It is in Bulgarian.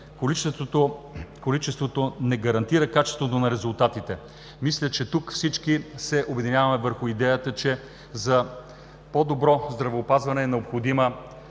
Количеството не гарантира качеството на резултатите. Мисля, че всички тук се обединяваме около идеята, че за по-добро здравеопазване е необходима